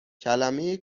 کلمه